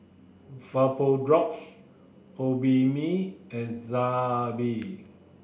Vapodrops Obimin and Zappy